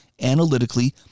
analytically